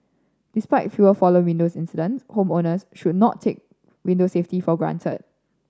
despite fewer fallen windows incidents homeowners should not take window safety for granted